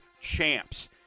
champs